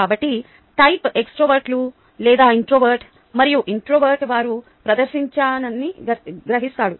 కాబట్టి టైప్ ఎక్స్ట్రావర్ట్లు లేదా ఇన్ట్రావర్ట్ మరియు ఇన్ట్రావర్ట్ వారు ప్రపంచాన్ని గ్రహిస్తాడు